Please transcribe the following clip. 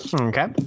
Okay